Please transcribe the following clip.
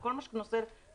וכל מה שקשור לגגות.